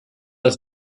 das